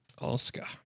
Oscar